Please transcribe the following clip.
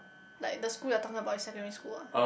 like the school you're talking about is secondary school ah